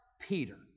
Peter